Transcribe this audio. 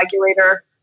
regulator